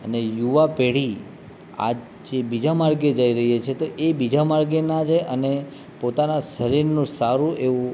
અને યુવા પેઢી આજ જે બીજા માર્ગે જઈ રહી છે તો એ બીજા માર્ગે ના જાય અને પોતાના શરીરનું સારું એવું